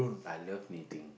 I love knitting